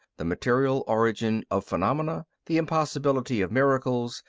the material origin of phenomena, the impossibility of miracles,